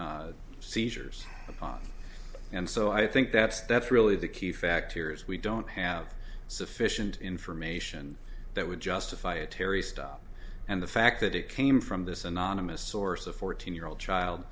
condone seizures and so i think that's that's really the key fact here is we don't have sufficient information that would justify a terry stop and the fact that it came from this anonymous source a fourteen year old child